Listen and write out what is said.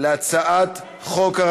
אני